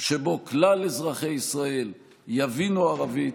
שבו כלל אזרחי ישראל יבינו ערבית,